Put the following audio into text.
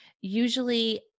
usually